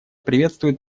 приветствует